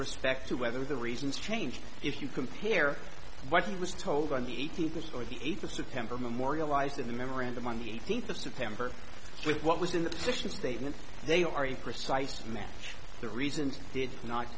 respect to whether the reasons changed if you compare what he was told on the eighteenth of or the eighth of september memorialized in the memorandum on the eighteenth of september with what was in the position statement they are a precise match the reasons did not